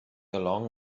along